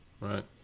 Right